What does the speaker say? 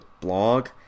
blog